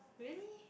really